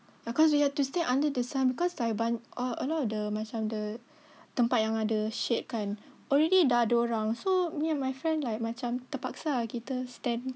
ya cause we had to stay under the sun because like a lot of the macam the tempat yang ada shade kan already dah ada orang so me and my friend like macam terpaksa ah kita stand